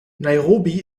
nairobi